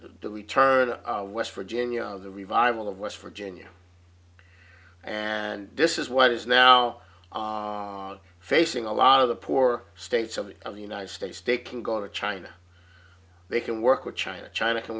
the return of west virginia the revival of west virginia and this is what is now facing a lot of the poor states of the of the united states they can go to china they can work with china china can